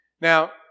Now